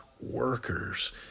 workers